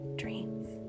dreams